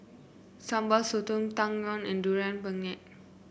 Sambal Sotong Tang Yuen and Durian Pengat